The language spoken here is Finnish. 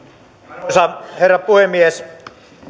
arvoisa herra puhemies